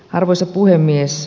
arvoisa puhemies